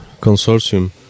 Consortium